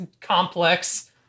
complex